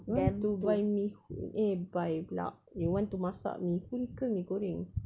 you want to buy mi hoo~ eh buy pula you want to masak mi hoon ke mi goreng